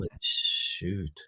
shoot